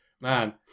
Man